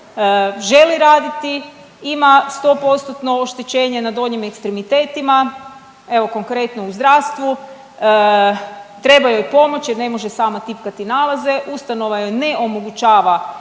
želi raditi, ima 100%-tno oštećenje na donjim ekstremitetima. Evo konkretno u zdravstvu, treba joj pomoć jer ne može sama tipkati nalaze. Ustanova joj ne omogućava